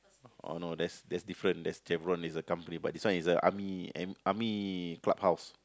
oh no that's that's different that's Chervon is a company but this one is a army am army clubhouse